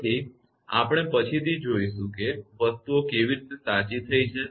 તેથી આપણે પછીથી જોશું કે વસ્તુઓ કેવી રીતે સાચી થઈ રહી છે